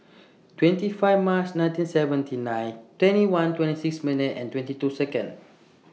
twenty five March nineteen seventy nine twenty one twenty six minutes and twenty two Seconds